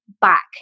back